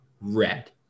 red